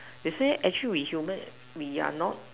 they say actually we humans we are not